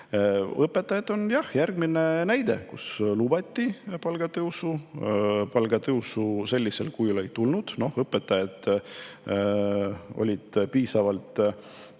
Õpetajad on järgmine näide: lubati palgatõusu, aga palgatõusu sellisel kujul ei tulnud. Õpetajad olid piisavalt